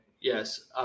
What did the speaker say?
Yes